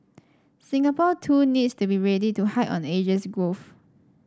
Singapore too needs to be ready to ride on Asia's growth